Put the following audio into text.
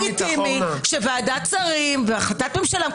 ועדת שרים והחלטת ממשלה,